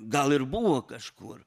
gal ir buvo kažkur